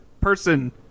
person